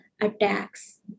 attacks